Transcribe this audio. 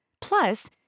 Plus